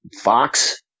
fox